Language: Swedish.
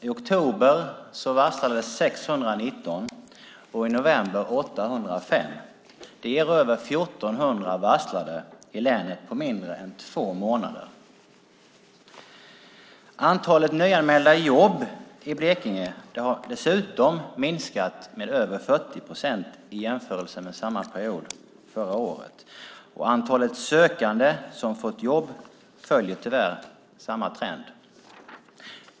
I oktober varslades 619 och i november 805. Det ger över 1 400 varslade i länet på mindre än två månader. Antalet nyanmälda jobb i Blekinge har dessutom minskat med över 40 procent i jämförelse med samma period förra året, och antalet sökande som har fått jobb följer tyvärr samma trend.